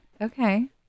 Okay